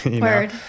Word